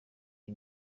iyi